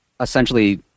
essentially